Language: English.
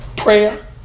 Prayer